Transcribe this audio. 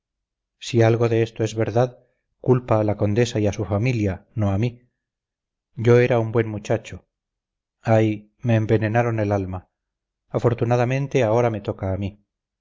si algo de esto es verdad culpa a la condesa y a su familia no a mí yo era un buen muchacho ay me envenenaron el alma afortunadamente ahora me toca a mí